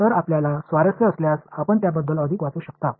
तर आपल्याला स्वारस्य असल्यास आपण त्याबद्दल अधिक वाचू शकता